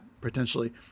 potentially